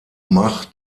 mach